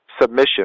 submission